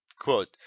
Quote